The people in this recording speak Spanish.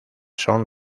son